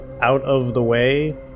out-of-the-way